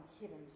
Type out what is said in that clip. hidden